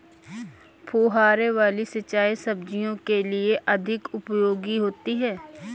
फुहारे वाली सिंचाई सब्जियों के लिए अधिक उपयोगी होती है?